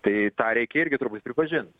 tai tą reikia irgi turbūt pripažint